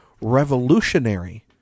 revolutionary